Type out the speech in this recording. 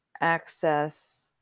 access